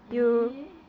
!ee!